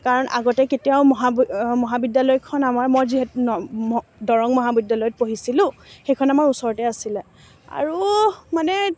কাৰণ আগতে কেতিয়াও মহা মহাবিদ্যালয়খন আমাৰ মই যিহেতু দৰং মহাবিদ্যালয়ত পঢ়িছিলোঁ সেইখন আমাৰ ওচৰতে আছিলে আৰু মানে